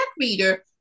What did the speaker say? reader